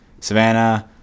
savannah